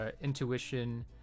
intuition